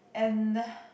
and